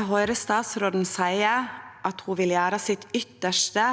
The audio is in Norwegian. Eg høyrer statsråden seie at ho vil gjere sitt ytste